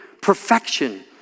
perfection